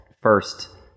first